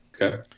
Okay